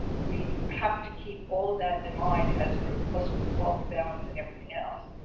we have to keep all of that in mind as well plus while balancing everything else.